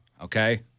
okay